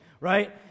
right